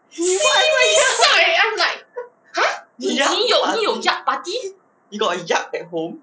what the hell yacht party he got a yacht at home